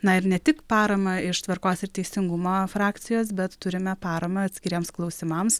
na ir ne tik paramą iš tvarkos ir teisingumo frakcijos bet turime paramą atskiriems klausimams